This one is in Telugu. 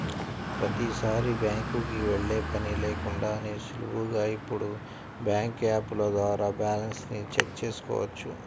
ప్రతీసారీ బ్యాంకుకి వెళ్ళే పని లేకుండానే సులువుగా ఇప్పుడు బ్యాంకు యాపుల ద్వారా బ్యాలెన్స్ ని చెక్ చేసుకోవచ్చు